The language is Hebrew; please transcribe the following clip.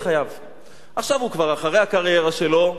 עכשיו הוא כבר אחרי הקריירה שלו.